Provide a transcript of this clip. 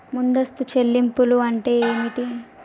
ముందస్తు చెల్లింపులు అంటే ఏమిటి?